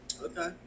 Okay